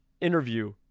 interview